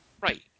Right